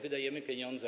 Wydajemy pieniądze.